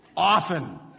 Often